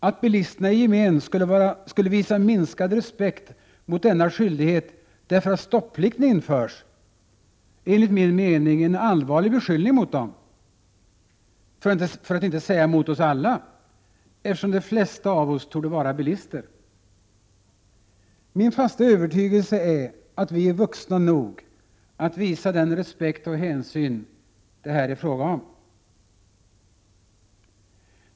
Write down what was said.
Att bilisterna i gemen skulle visa minskad respekt mot denna skyldighet därför att stopplikten införs är enligt min mening en allvarlig beskyllning mot dem — för att inte säga mot oss alla, eftersom de flesta av oss torde vara bilister. Min fasta övertygelse är att vi är vuxna nog att visa den respekt och hänsyn det här är fråga om.